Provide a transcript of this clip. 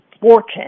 fortune